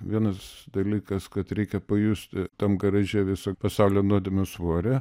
vienas dalykas kad reikia pajusti tam garaže viso pasaulio nuodėmių svorį